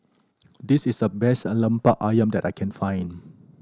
this is the best a lempark ayam that I can find